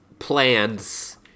plans